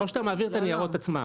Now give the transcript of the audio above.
או שאתה מעביר את הניירות עצמם.